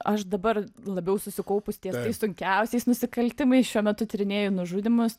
aš dabar labiau susikaupus ties sunkiausiais nusikaltimais šiuo metu tyrinėju nužudymus